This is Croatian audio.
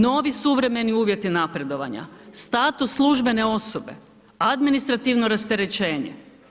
Novi suvremeni uvjeti napredovanja, status službene osobe, administrativno rasterećenje.